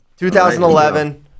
2011